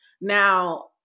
Now